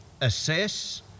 assess